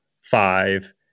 five